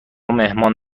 مهمان